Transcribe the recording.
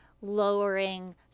lowering